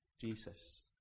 Jesus